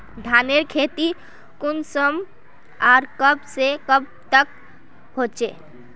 धानेर खेती कुंसम आर कब से कब तक होचे?